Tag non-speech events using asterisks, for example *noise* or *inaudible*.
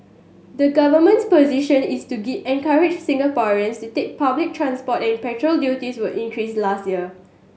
the government's position is to *unintelligible* encourage Singaporeans to take public transport and petrol duties were increased last year